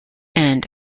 end